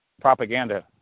propaganda